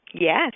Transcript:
Yes